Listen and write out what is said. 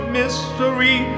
mystery